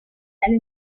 and